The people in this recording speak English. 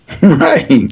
Right